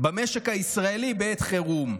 במשק הישראלי בעת חירום,